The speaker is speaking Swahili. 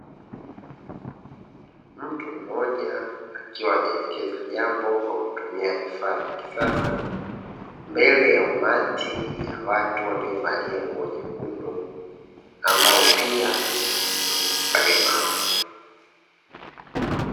Mtu mmoja akiwa anaelekeza jambo kwa kutumia vifaa vya kisasa, mbele ya umati ya watu waliovalia nguo nyekundu. Ambao pia ni walemavu.